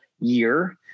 year